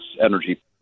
energy